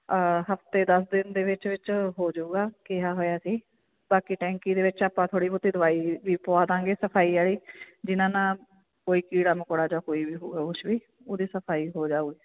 ਹਫਤੇ ਦਸ ਦਿਨ ਦੇ ਵਿੱਚ ਵਿੱਚ ਹੋ ਜੁਗਾ ਕਿਹਾ ਹੋਇਆ ਜੀ ਬਾਕੀ ਟੈਂਕੀ ਦੇ ਵਿੱਚ ਆਪਾਂ ਥੋੜ੍ਹੀ ਬਹੁਤੀ ਦਵਾਈ ਵੀ ਪਾ ਦਾਂਗੇ ਸਫਾਈ ਵਾਲੀ ਜਿਹਨਾਂ ਨਾਲ ਕੋਈ ਕੀੜਾ ਮਕੌੜਾ ਜਾਂ ਕੋਈ ਵੀ ਹੋਰ ਵੀ ਉਹਦੇ ਸਫਾਈ ਹੋ ਜਾਊ